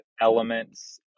elements